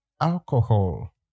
alcohol